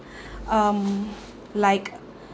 um like